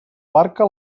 barca